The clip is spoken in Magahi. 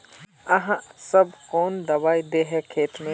आहाँ सब कौन दबाइ दे है खेत में?